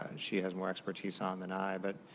and she has more expertise on than i. but